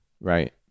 Right